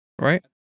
Right